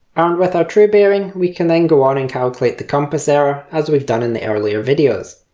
armed with our true bearing we can then go on and calculate the compass error as we've done in the earlier videos.